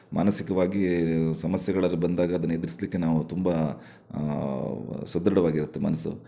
ಮಾನಸಿಕವಾಗಿ ಸಮಸ್ಯೆಗಳಲ್ಲಿ ಬಂದಾಗ ಅದನ್ನು ಎದುರಿಸ್ಲಿಕ್ಕೆ ನಾವು ತುಂಬ ಸದೃಢವಾಗಿರುತ್ತೆ ಮನಸ್ಸು